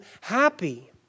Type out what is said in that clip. happy